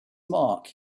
mark